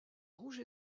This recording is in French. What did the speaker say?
rouge